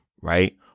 right